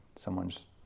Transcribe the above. someone's